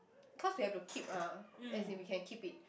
cause we have to keep ah as in we can keep it